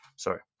Sorry